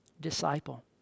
disciple